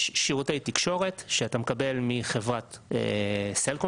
יש שירותי תקשורת שאתה מקבל מחברת סלקום